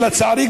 ולצערי,